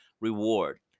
Reward